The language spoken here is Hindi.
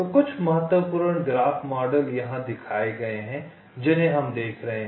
तो कुछ महत्वपूर्ण ग्राफ मॉडल यहाँ दिखाए गए हैं जिन्हें हम देख रहे हैं